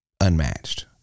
unmatched